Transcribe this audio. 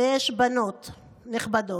ויש להם בנות נכבדות.